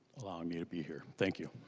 allowing me to be here. thank you.